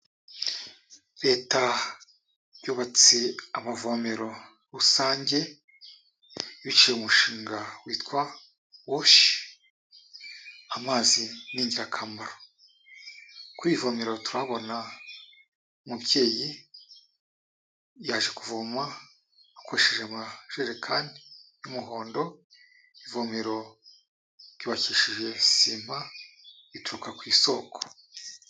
Leta yubatse amavomero rusange biciye mu mushinga witwa wash, amazi ni ingirakamaro. Ku iri vomero turahabona mubyeyi yaje kuvoma akoresheje amajerekani y'umuhondo, ivomero ryubakishije sima ituruka ku isoko.